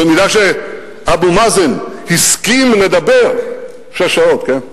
במידה שאבו מאזן הסכים לדבר, שש שעות, כן?